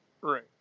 Right